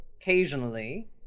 occasionally